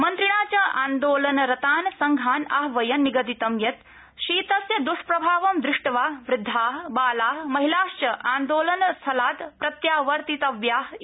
मन्त्रिणा च आन्दोलनरतान् संघान् आह्वयन् निगदितं यत् शीतस्य द्ष्प्रभावं द्रष्ट्वा वृद्धा बाला महिलाश्च आन्दोलन स्थलात् प्रत्यावर्तितव्या इति